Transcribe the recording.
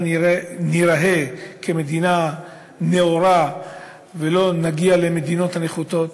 ניראה כמדינה נאורה ולא נגיע למדינות הנחותות,